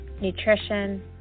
nutrition